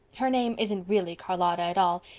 her name isn't really charlotta at all.